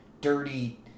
dirty